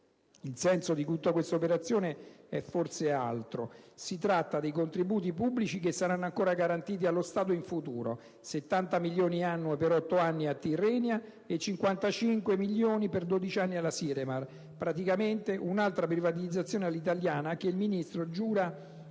Il senso di tutta l'operazione è forse un altro. Si tratta dei contributi pubblici che saranno ancora garantiti dallo Stato in futuro: 70 milioni per 8 anni a Tirrenia e 55 milioni per 12 anni alla Siremar. Praticamente un'altra privatizzazione all'italiana, che il Ministro giura